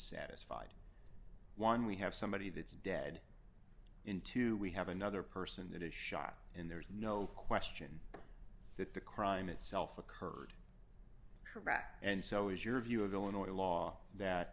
satisfied one we have somebody that's dead into we have another person that is shot and there is no question that the crime itself occurred correct and so is your view of illinois law that